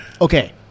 Okay